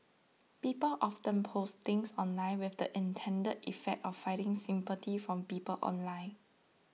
people often post things online with the intended effect of finding sympathy from people online